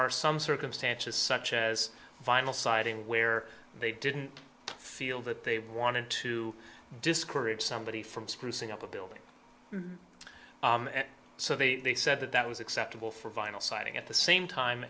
are some circumstances such as vinyl siding where they didn't feel that they wanted to discourage somebody from sprucing up a building so the they said that that was acceptable for vinyl siding at the same time